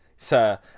Sir